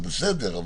זה בסדר.